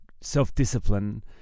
self-discipline